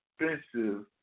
expensive